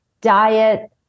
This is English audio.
diet